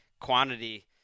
quantity –